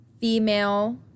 female